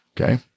Okay